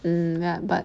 mm ya but